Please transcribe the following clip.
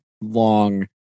long